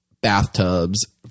bathtubs